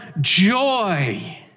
joy